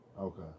okay